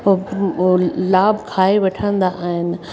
उहो लाभ खाए वठंदा आहिनि